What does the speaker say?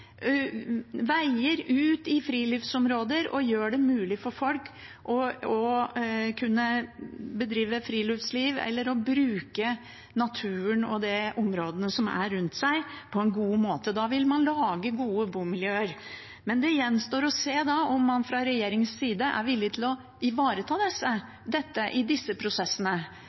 ut i friluftsområder og gjør det mulig for folk å kunne bedrive friluftsliv eller å bruke naturen og områdene rundt seg på en god måte. Da vil man lage gode bomiljøer. Men det gjenstår å se om man fra regjeringens side er villig til å ivareta dette i disse prosessene